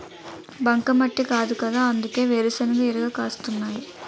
బంకమట్టి కాదుకదా అందుకే వేరుశెనగ ఇరగ కాస్తున్నాయ్